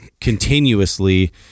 continuously